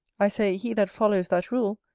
i say, he that follows that rule,